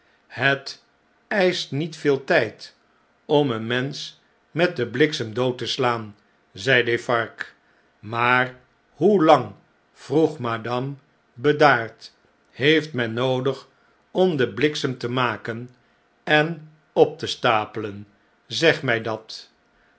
het eischt niet veel tijd om een mensch met den bliksem dood te slaan zei defarge maar hoelang vroeg madame bedaard heeft men noodig om den bliksem te maken en op te stapelen zeg mij dat